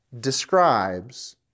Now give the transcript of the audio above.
describes